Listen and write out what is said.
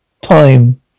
time